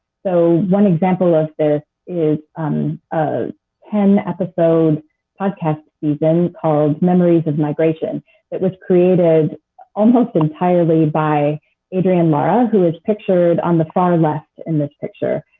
so one example of this is um a ten-episode podcast season called memories of migration that was created almost entirely by adrian mara, who is pictured on the far left in this picture.